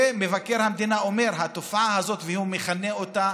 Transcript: ומבקר המדינה אומר: התופעה הזאת, והוא מכנה אותה